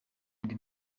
ndi